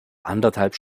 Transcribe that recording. anderthalb